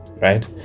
right